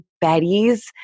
Bettys